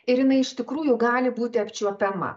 ir jinai iš tikrųjų gali būti apčiuopiama